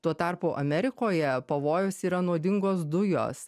tuo tarpu amerikoje pavojus yra nuodingos dujos